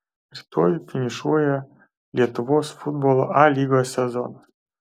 rytoj finišuoja lietuvos futbolo a lygos sezonas